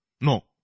No